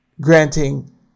granting